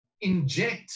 inject